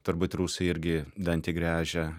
turbūt rusai irgi dantį gręžia